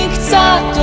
song,